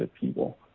people